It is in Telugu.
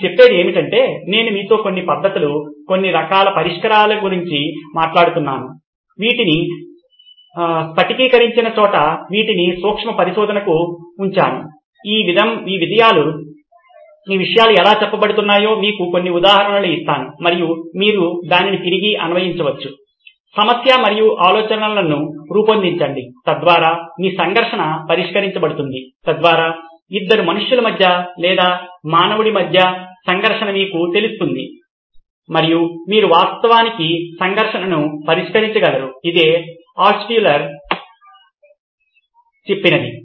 ఇది చెప్పేది ఏమిటంటే నేను మీతో కొన్ని పద్ధతులు కొన్ని రకాల పరిష్కారాల గురించి మాట్లాడుతున్నాను వీటిని స్ఫటికీకరించిన చోట వీటిని సూక్ష్మపరిశోధనకు ఉంచాను ఈ విషయాలు ఎలా చెప్పబడుతున్నాయో మీకు కొన్ని ఉదాహరణలు ఇస్తాను మరియు మీరు దానిని తిరిగి అన్వయించవచ్చు సమస్య మరియు ఆలోచనలను రూపొందించండి తద్వారా మీ సంఘర్షణ పరిష్కరించబడుతుంది తద్వారా ఇద్దరు మనుషుల మధ్య లేదా మానవుడి మధ్య సంఘర్షణ మీకు తెలుస్తుంది మరియు మీరు వాస్తవానికి సంఘర్షణను పరిష్కరించగలరు ఇదే ఆల్ట్షుల్లర్ చెప్పినది